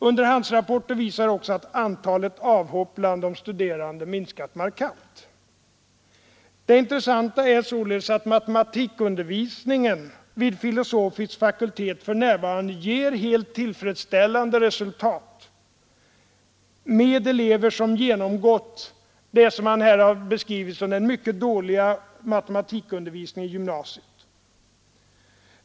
Underhandsrapporter visar också att antalet avhopp bland de studerande har minskat markant. Det intressanta är således att matematikundervisningen vid filosofisk fakultet för närvarande ger helt tillfredsställande resultat — med elever som genomgått en undervisning i matematik vid gymnasiet som här har beskrivits såsom mycket dålig!